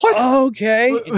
okay